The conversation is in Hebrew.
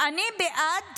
אני בעד